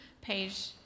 page